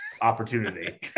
opportunity